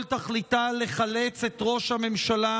שכל תכליתה לחלץ את ראש הממשלה